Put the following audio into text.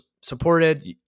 supported